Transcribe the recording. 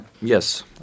Yes